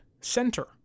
center